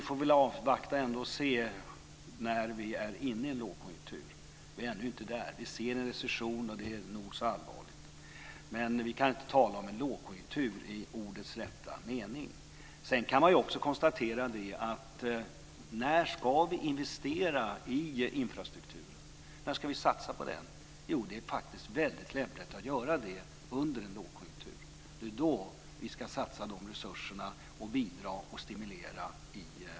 Vi får avvakta och se om vi kommer in i en lågkonjunktur. Vi är ännu inte där. Vi ser en recession, och det är nog så allvarligt. Men vi kan inte tala om en lågkonjunktur i ordets rätta mening. När ska vi investera i infrastruktur och satsa på den? Jo, det är faktiskt väldigt lämpligt att göra det under en lågkonjunktur. Det är i en vikande konjunktur som vi ska satsa de resurserna och bidra och stimulera.